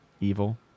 evil